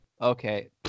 okay